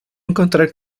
encontrar